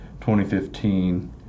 2015